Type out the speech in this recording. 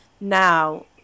now